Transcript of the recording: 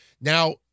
Now